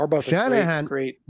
Shanahan